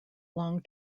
long